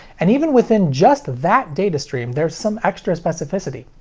and even within just that datastream, there's some extra specificity.